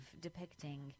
depicting